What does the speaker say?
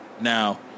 Now